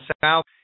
South